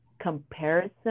Comparison